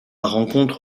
rencontre